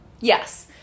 yes